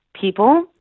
people